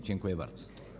Dziękuję bardzo.